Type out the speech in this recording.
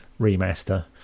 remaster